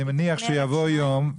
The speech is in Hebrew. ומניח שיבוא יום,